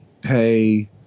pay